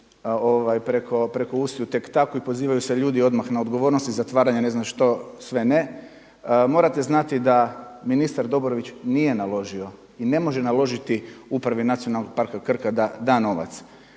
preko usta tek tako i pozivaju se ljudi odmah na odgovornost i zatvaranje i ne znam što sve ne. Morate znati da ministar Dobrović nije naložio ne može naložiti upravi Nacionalnog parka Krka da da novac.